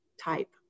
type